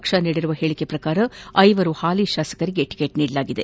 ಪಕ್ಷ ನೀಡಿರುವ ಹೇಳಿಕೆ ಪ್ರಕಾರ ಐವರು ಹಾಲಿ ಶಾಸಕರಿಗೆ ಟಿಕೆಟ್ ನೀಡಲಾಗಿದೆ